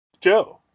Joe